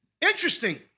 Interesting